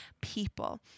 people